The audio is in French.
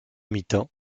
mitan